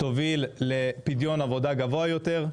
תוביל לפדיון עבודה גבוה יותר,